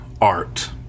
art